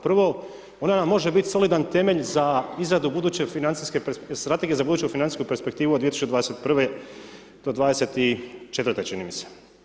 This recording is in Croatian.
Prvo, ona vam može biti solidan temelj za izradu buduće financijske strategije za buduću financijsku perspektivu od 2021. do 2024., čini mi se.